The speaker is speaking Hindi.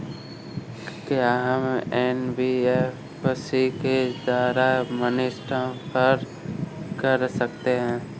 क्या हम एन.बी.एफ.सी के द्वारा मनी ट्रांसफर कर सकते हैं?